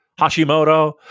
Hashimoto